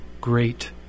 great